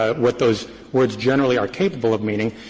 ah what those words generally are capable of meaning,